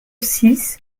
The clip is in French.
six